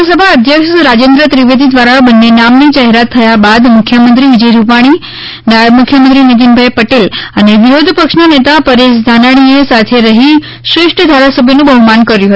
વિધાનસભા અધ્યક્ષ રાજેન્દ્ર ત્રિવેદી દ્વારા બંને નામની જાહેરાત થયા બાદ મુખ્યમંત્રી વિજય રૂપાણી નાયબ મુખ્યમંત્રી નિતિનભાઈ પટેલ અને વિરોધ પક્ષના નેતા પરેશ ધાનાણીએ સાથે રહી શ્રેષ્ઠ ધારાસભ્યોનું બહુમાન કર્યું હતું